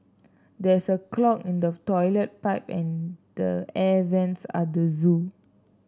there is a clog in the toilet pipe and the air vents at the zoo